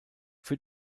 für